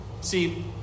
See